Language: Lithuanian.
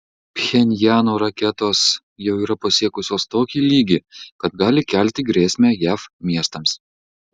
pchenjano raketos jau yra pasiekusios tokį lygį kad gali kelti grėsmę jav miestams